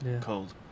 Cold